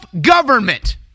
government